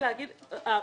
מסכימה.